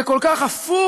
זה כל כך הפוך